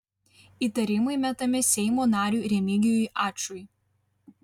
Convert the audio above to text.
įtarimai metami seimo nariui remigijui ačui